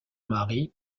mari